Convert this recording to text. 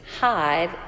hide